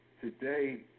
today